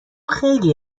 خیلی